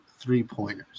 three-pointers